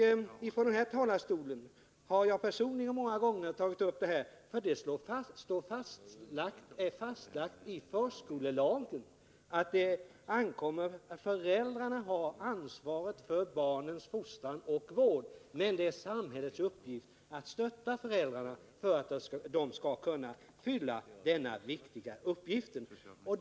Och från denna talarstol har jag personligen många gånger tagit upp Måndagen den detta problem, för det är fastlagt av riksdagen när vi beslöt antaga 17 december 1979 förskolelagen att det är föräldrarna som har ansvaret för barnens fostran och vård men att det åligger samhället att stötta föräldrarna för att de skall kunna Om åtgärder mot fullgöra denna viktiga uppgift.